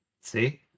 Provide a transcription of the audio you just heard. see